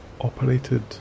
operated